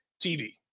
TV